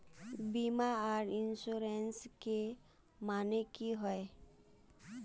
बीमा आर इंश्योरेंस के माने की होय?